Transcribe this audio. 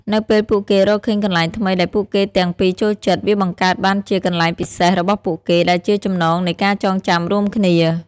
នៅពេលពួកគេរកឃើញកន្លែងថ្មីដែលពួកគេទាំងពីរចូលចិត្ត វាបង្កើតបានជា "កន្លែងពិសេស" របស់ពួកគេ ដែលជាចំណងនៃការចងចាំរួមគ្នា។